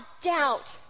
doubt